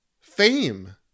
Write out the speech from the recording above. Fame